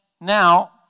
Now